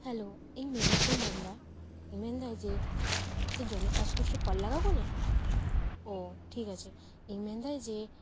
hello ᱤᱧ ᱢᱮᱜᱷᱟ ᱠᱷᱚᱡ ᱤᱧ ᱢᱮᱱᱮᱫᱟ ᱢᱮᱱᱮᱫᱟ ᱡᱮ ᱱᱚᱣᱟ ᱠᱤ ᱡᱚᱱᱤ ᱯᱷᱟᱥᱯᱷᱩᱴ ᱨᱮ ᱠᱚᱞ ᱞᱟᱜᱟᱣ ᱟᱠᱟᱱᱟ ᱚᱸᱻ ᱴᱷᱤᱠ ᱟᱪᱷᱮ ᱤᱧ ᱢᱮᱱᱮᱫᱟ ᱡᱮ